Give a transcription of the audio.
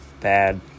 bad